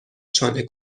شانه